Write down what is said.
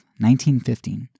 1915